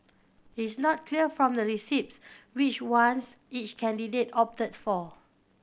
is not clear from the receipts which ones each candidate opted for